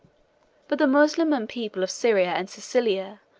but the mussulman people of syria and cilicia,